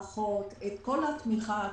המערכות, את כל התמיכה הטכנית.